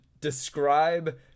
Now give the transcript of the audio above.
describe